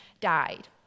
died